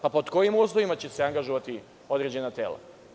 Pod kojim uslovima će se angažovati određena tela?